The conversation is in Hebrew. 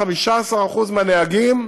15% מהנהגים,